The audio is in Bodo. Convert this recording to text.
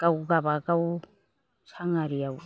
गाव गावबागाव हिसान आरियाव